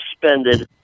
suspended